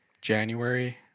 January